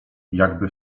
jakby